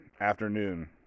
afternoon